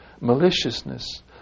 maliciousness